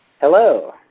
Hello